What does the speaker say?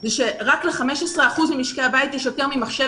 זה שרק ל-15 אחוזים ממשקי הבית יש יותר ממחשב